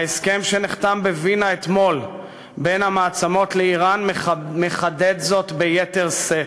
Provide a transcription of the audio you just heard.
ההסכם שנחתם בווינה אתמול בין המעצמות לאיראן מחדד זאת ביתר שאת.